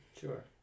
Sure